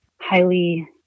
highly